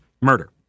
murder